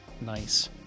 nice